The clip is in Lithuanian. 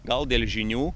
gal dėl žinių